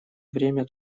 время